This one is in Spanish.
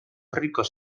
ricos